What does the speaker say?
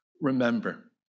Remember